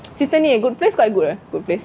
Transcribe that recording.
cerita ni a good place quite good ah good place